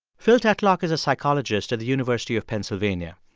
phil tetlock is a psychologist at the university of pennsylvania.